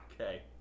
Okay